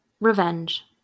revenge